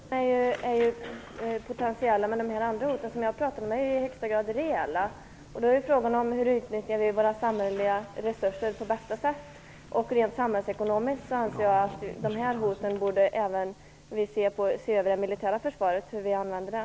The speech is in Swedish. Herr talman! De militära hoten är potentiella, medan de hot jag pratade om i högsta grad är reella. Då är frågan hur vi på bästa sätt utnyttjar våra samhälleliga resurser. Rent samhällsekonomiskt anser jag att vi när det gäller de här hoten borde se över hur vi använder det militära försvaret.